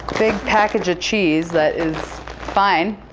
big package of cheese that is fine.